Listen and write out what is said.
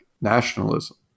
nationalism